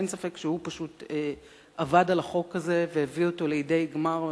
אין ספק שהוא פשוט עבד על החוק והביא אותו לידי גמר,